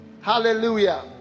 hallelujah